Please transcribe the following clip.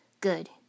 Good